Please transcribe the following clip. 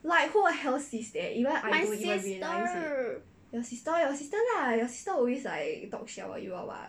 my sister